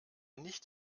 nicht